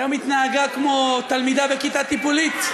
היום התנהגה כמו תלמידה בכיתה טיפולית.